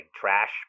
trash